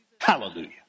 Hallelujah